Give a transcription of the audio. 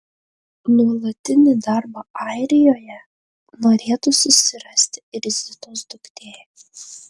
nuolatinį darbą airijoje norėtų susirasti ir zitos duktė